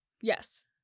Yes